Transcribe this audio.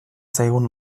zaigun